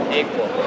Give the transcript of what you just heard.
equal